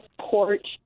porch